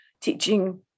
teaching